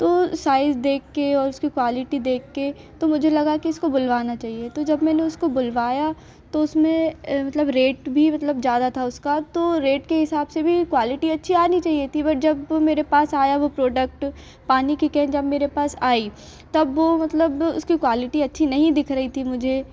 तो साइज़ देख कर और उसकी क्वालिटी देख कर तो मुझे लगा कि इसको बुलवाना चहिए तो जब मैंने उसको बुलवाया तो उसमें मतलब रेट भी मतलब ज्यादा था उसका तो रेट के हिसाब से भी क्वालिटी अच्छी आनी चाहिए थी बट जब मेरे पास आया वो प्रोडक्ट पानी की केन जब मेरा पास आई तब वो मतलब उसकी क्वालिटी अच्छी नहीं दिख रही थी मुझे